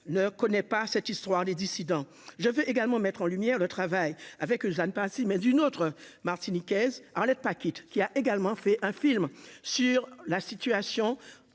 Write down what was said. ne connaît pas cette histoire, les dissidents, je veux également mettre en lumière le travail avec eux à pas assis, mais d'une autre martiniquaise Arlette, qui a également fait un film sur la situation